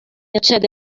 accede